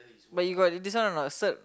but you got this one or not so